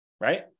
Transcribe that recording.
Right